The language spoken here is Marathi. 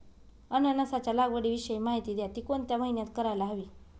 अननसाच्या लागवडीविषयी माहिती द्या, ति कोणत्या महिन्यात करायला हवी?